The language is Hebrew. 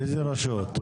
איזה רשות?